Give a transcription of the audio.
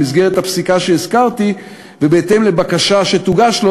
במסגרת הפסיקה שהזכרתי ובהתאם לבקשה שתוגש לו,